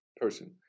person